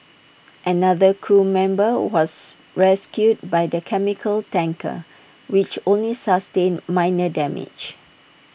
another crew member was rescued by the chemical tanker which only sustained minor damage